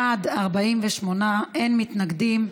בעד, 48, אין מתנגדים,